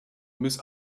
miss